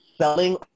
selling